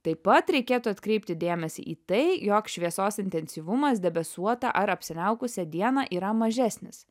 taip pat reikėtų atkreipti dėmesį į tai jog šviesos intensyvumas debesuotą ar apsiniaukusią dieną yra mažesnis